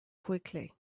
quickly